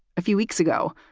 a few weeks ago,